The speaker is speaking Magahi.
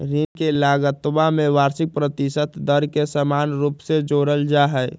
ऋण के लगतवा में वार्षिक प्रतिशत दर के समान रूप से जोडल जाहई